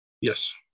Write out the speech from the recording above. Yes